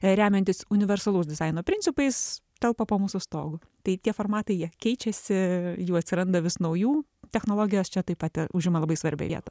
remiantis universalaus dizaino principais telpa po mūsų stogu tai tie formatai jie keičiasi jų atsiranda vis naujų technologijos čia taip pat užima labai svarbią vietą